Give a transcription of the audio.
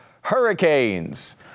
hurricanes